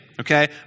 okay